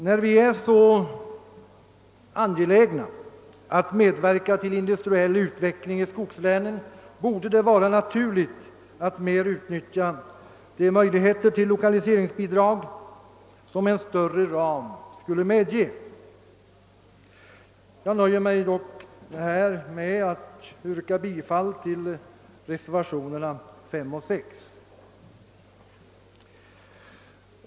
När vi är så angelägna att medverka till industriell utveckling i skogslänen, borde det vara naturligt att mer utnyttja de möjligheter till lokaliseringsbidrag som en större ram skulle medge. Jag nöjer mig dock här med att yrka bifall till reservationerna 5 och 6.